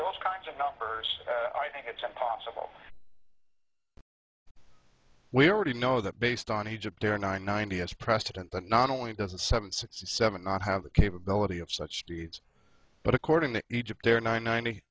those kinds of numbers i think it's possible we already know that based on egypt air nine ninety s president but not only does a seven sixty seven not have the capability of such deeds but according to egypt air nine ninety